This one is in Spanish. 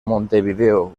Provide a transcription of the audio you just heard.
montevideo